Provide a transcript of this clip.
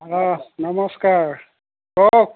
অ নমস্কাৰ কওক